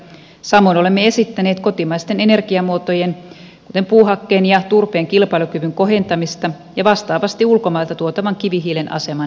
samoin olemme esittäneet kotimaisten energiamuotojen kuten puuhakkeen ja turpeen kilpailukyvyn kohentamista ja vastaavasti ulkomailta tuotavan kivihiilen aseman heikentämistä